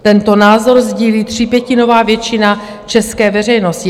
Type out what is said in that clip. Tento názor sdílí třípětinová většina české veřejnosti.